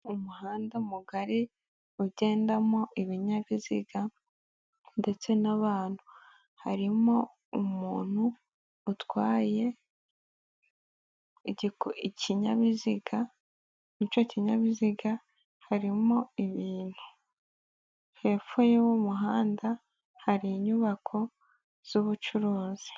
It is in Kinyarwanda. Umuhanda mugari ugendamo ibinyabiziga ndetse n'abantu, harimo umuntu utwaye ikinyabiziga muri icyo kinyabiziga harimo ibintu, hepfo y'uwo muhanda hari inyubako z'ubucuruzi.